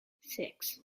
six